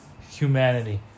Humanity